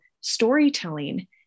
storytelling